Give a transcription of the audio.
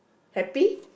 happy